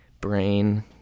brain